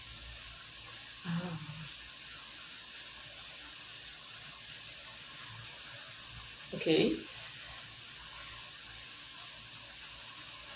uh okay